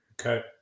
Okay